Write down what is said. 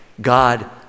God